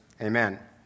Amen